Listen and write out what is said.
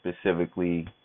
specifically